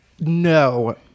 No